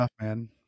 man